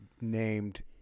named